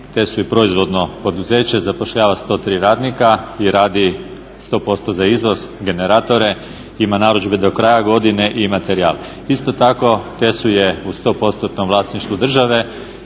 TESU je proizvodno poduzeća, zapošljava 103 radnika i radi 100% za izvoz generatore, ima narudžbe do kraja godine i materijal. Isto tako TESU je u 100%-om vlasništvu države